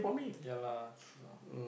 ya lah true ah